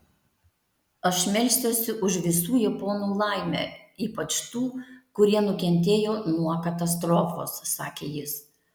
aš melsiuosi už visų japonų laimę ypač tų kurie nukentėjo nuo katastrofos sakė jis